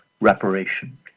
reparation